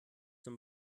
zum